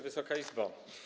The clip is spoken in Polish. Wysoka Izbo!